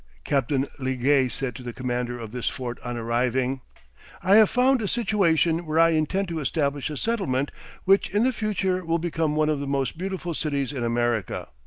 captain liguest said to the commander of this fort on arriving i have found a situation where i intend to establish a settlement which in the future will become one of the most beautiful cities in america.